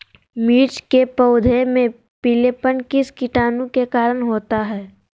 मिर्च के पौधे में पिलेपन किस कीटाणु के कारण होता है?